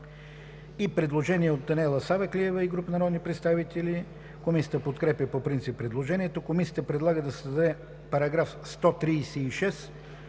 Предложение от Даниела Савеклиева и група народни представители. Комисията подкрепя по принцип предложението. Комисията предлага да се създаде § 136: